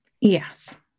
Yes